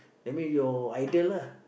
that mean your idol ah